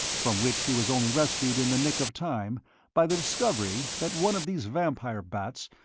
from which she was only rescued in the nick of time by the discovery that one of these vampire bats,